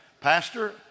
pastor